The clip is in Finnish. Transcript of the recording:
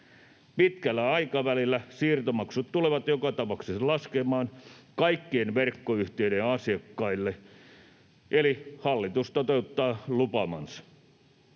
Pitkällä aikavälillä siirtomaksut tulevat joka tapauksessa laskemaan kaikkien verkkoyhtiöiden asiakkailla, eli hallitus toteuttaa lupaamansa.